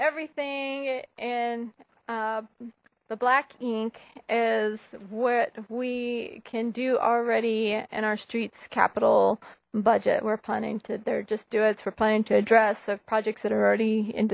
everything in the black ink is what we can do already in our streets capital budget we're planning to they're just do it's we're planning to address of projects that are already